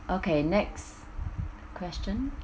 okay next question